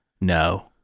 No